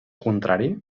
contrari